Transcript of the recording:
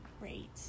great